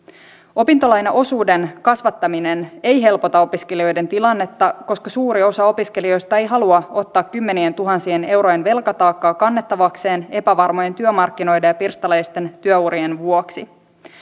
opintolainaosuuden kasvattaminen ei helpota opiskelijoiden tilannetta koska suuri osa opiskelijoista ei halua ottaa kymmenientuhansien eurojen velkataakkaa kannettavakseen epävarmojen työmarkkinoiden ja pirstaleisten työurien vuoksi